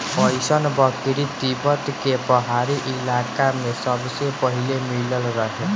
अइसन बकरी तिब्बत के पहाड़ी इलाका में सबसे पहिले मिलल रहे